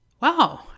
wow